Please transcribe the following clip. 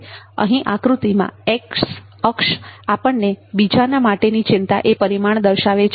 તો અહીં આકૃતિમાં x અક્ષ આપણને બીજાંના માટેની ચિંતા એ પરિમાણ દર્શાવે છે